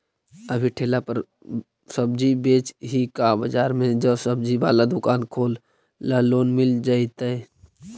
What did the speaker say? अभी ठेला पर सब्जी बेच ही का बाजार में ज्सबजी बाला दुकान खोले ल लोन मिल जईतै?